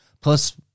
plus